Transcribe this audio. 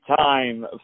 time